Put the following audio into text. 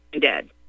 dead